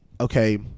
okay